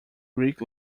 greek